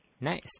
Nice